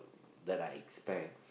that I expect